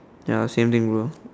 ya same thing bro